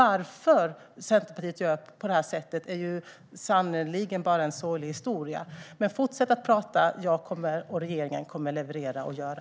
Att Centerpartiet gör på det sättet är sannerligen en sorglig historia. Fortsätt att prata! Jag och regeringen kommer att leverera och göra.